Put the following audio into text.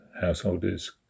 householders